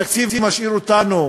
התקציב משאיר אותנו